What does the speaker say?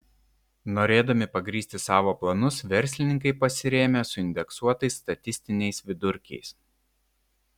norėdami pagrįsti savo planus verslininkai pasirėmė suindeksuotais statistiniais vidurkiais